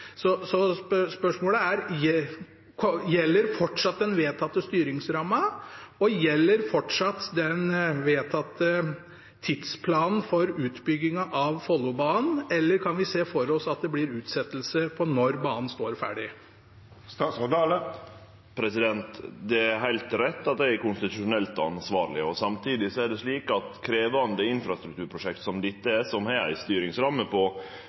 Spørsmålet er: Gjelder fortsatt den vedtatte styringsramma, og gjelder fortsatt den vedtatte tidsplanen for utbyggingen av Follobanen? Eller kan vi se for oss at det blir utsettelser på når banen står ferdig? Det er heilt rett at eg er konstitusjonelt ansvarleg. Samtidig er det slik at ved krevjande infrastrukturprosjekt som dette, som har ei styringsramme på